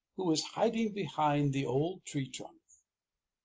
who was hiding behind the old tree trunk.